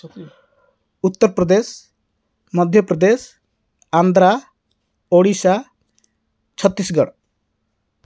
Uttar Pradesh Madhya Pradesh Andhra Odisha Chhattisgarh